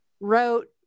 wrote